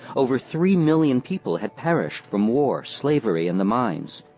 over three million people had perished from war, slavery, and the mines.